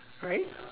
right